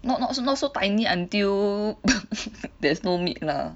not not so not so tiny until there is no meat lah